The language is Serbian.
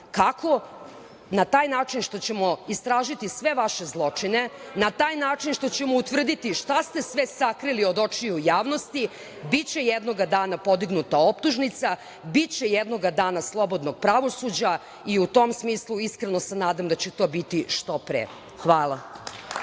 kraja, na taj način što ćemo istražiti sve vaše zločine, na taj način što ćemo utvrditi šta ste sve sakrili od očiju javnosti, biće jednog dana podignuta optužnica, biće jednog dana slobodnog pravosuđa i u tom smislu iskreno se nadam da će to biti što pre. Hvala.